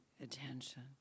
attention